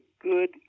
good